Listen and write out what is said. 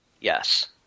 yes